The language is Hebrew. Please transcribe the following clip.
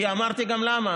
אמרתי גם למה.